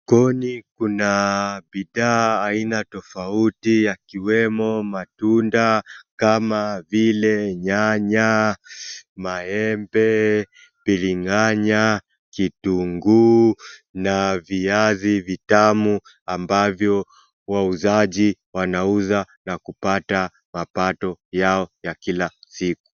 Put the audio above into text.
Sokoni kuna bidhaa aina tofauti, kukiwemo matunda kama vile nyanya, maembe, bilinganya, kitunguu, na viazi vitamu ambavyo wauzaji wanauza na kupata mapato yao ya kila siku.